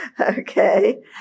Okay